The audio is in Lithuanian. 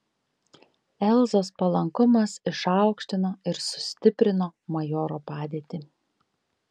elzos palankumas išaukštino ir sustiprino majoro padėtį